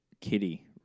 Kitty